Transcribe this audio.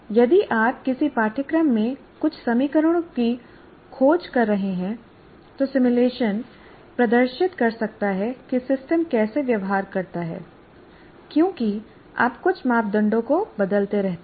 यदि आप किसी पाठ्यक्रम में कुछ समीकरणों की खोज कर रहे हैं तो सिमुलेशन प्रदर्शित कर सकता है कि सिस्टम कैसे व्यवहार करता है क्योंकि आप कुछ मापदंडों को बदलते रहते हैं